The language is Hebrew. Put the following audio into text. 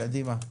קדימה.